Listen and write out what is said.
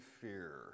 fear